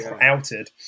outed